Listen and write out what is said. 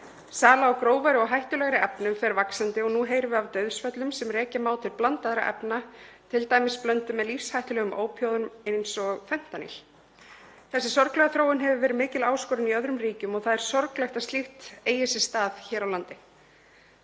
Sala á grófari og hættulegri efnum fer vaxandi og nú heyrum við af dauðsföllum sem rekja má til blandaðra efna, t.d. blandaðra með lífshættulegum ópíóíðum eins og fentanýl. Þessi sorglega þróun hefur verið mikil áskorun í öðrum ríkjum og það er sorglegt að slíkt eigi sér stað hér á landi.